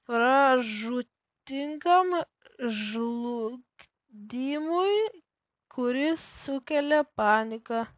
pražūtingam žlugdymui kuris sukelia panika